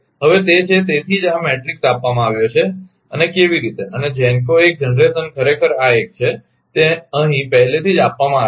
હવે તે છે તેથી જ આ મેટ્રિક્સ આપવામાં આવ્યો છે અને કેવી રીતે અને GENCO 1 જનરેશન ખરેખર આ એક છે તે અહીં પહેલેથી જ આપવામાં આવેલ છે